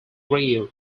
grill